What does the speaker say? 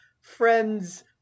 friends